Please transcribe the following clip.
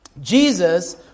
Jesus